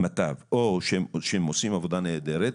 שהם עושים עבודה נהדרת,